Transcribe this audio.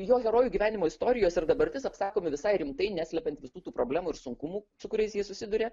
jo herojų gyvenimo istorijos ir dabartis apsakomi visai rimtai neslepiant visų tų problemų ir sunkumų su kuriais jie susiduria